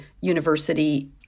university